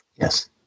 Yes